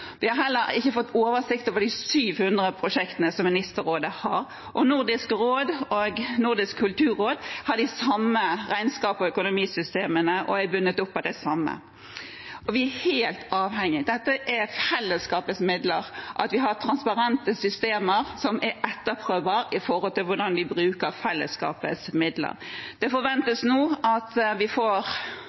Vi har heller ikke fått oversikt over de 700 prosjektene som Ministerrådet har, og Nordisk råd og Nordisk kulturfond har de samme regnskaps- og økonomisystemene og er bundet opp av det samme. Vi er helt avhengige – dette er fellesskapets midler – av at vi har transparente systemer som er etterprøvbare når det gjelder hvordan vi bruker fellesskapets midler. Det forventes nå at vi får